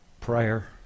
prayer